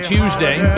Tuesday